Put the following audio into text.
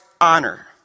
honor